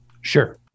Sure